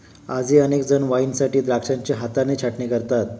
आजही अनेक जण वाईनसाठी द्राक्षांची हाताने छाटणी करतात